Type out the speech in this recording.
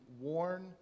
warn